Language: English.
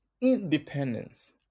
independence